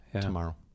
tomorrow